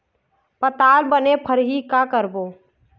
पताल बने फरही का करबो?